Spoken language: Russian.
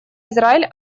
израиль